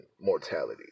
mortality